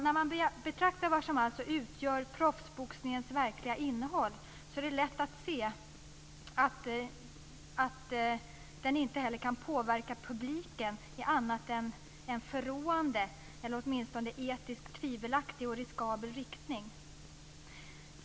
När man betraktar vad som utgör proffsboxningens verkliga innehåll är det lätt att se att den inte heller kan påverka publiken i annat än förråande eller åtminstone etiskt tvivelaktig och riskabel riktning.